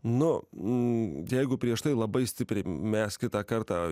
nu jeigu prieš tai labai stipriai mes kitą kartą